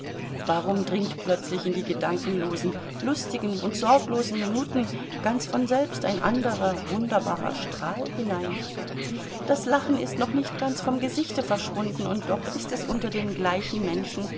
warum dringt plötzlich in die gedankenlosen lustigen und sorglosen minuten ganz von selbst ein anderer wunderbarer strahl hinein das lachen ist noch nicht ganz vom gesichte verschwunden und doch ist es unter den gleichen menschen